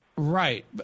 Right